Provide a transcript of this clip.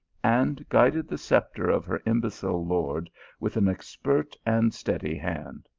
and guided the sceptre of her imbecile lord with an expert and steady hand.